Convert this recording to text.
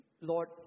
Lord